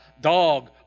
dog